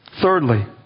Thirdly